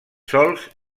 sols